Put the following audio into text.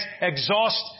exhaust